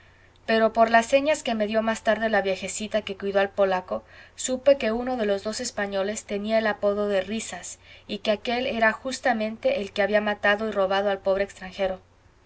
pero por las señas que me dió más tarde la viejecita que cuidó al polaco supe que uno de los dos españoles tenía el apodo de risas y que aquél era justamente el que había matado y robado al pobre extranjero